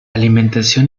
alimentación